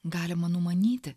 galima numanyti